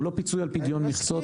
הוא לא פיצוי על פדיון מכסות,